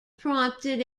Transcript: prompted